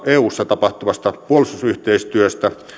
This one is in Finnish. eussa tapahtuvasta puolustusyhteistyöstä